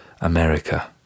America